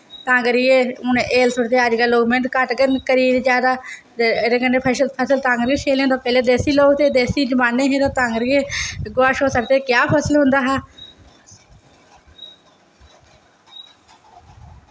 ते तां करियै हून हैल सु'टदे अजकल लोक मैह्नत कम्म करी दे जा दा ते एह्दे कन्नै फसल तां करियै निं शैल होंदा पैह्लें देसी लोग ते देसी जमाने हे ते तां करियै गोहा सु'टदे हे क्या फसल होंदा हा